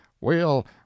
We'll